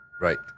Right